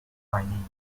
findings